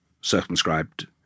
circumscribed